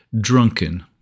Drunken